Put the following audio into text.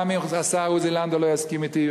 גם אם השר עוזי לנדאו לא יסכים אתי,